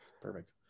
Perfect